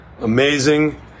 amazing